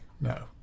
No